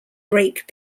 break